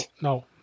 no